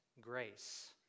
grace